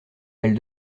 elle